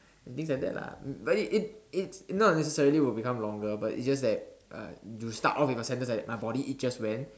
and things like that lah mm but it it it not necessary will become longer but it's just that uh you start all with the sentence like that my body itches when